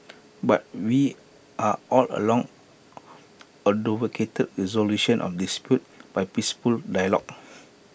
but we are all along advocated resolution of disputes by peaceful dialogue